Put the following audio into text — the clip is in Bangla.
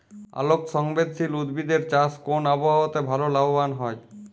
আলোক সংবেদশীল উদ্ভিদ এর চাষ কোন আবহাওয়াতে ভাল লাভবান হয়?